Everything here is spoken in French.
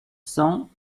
cents